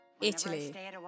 Italy